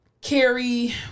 carrie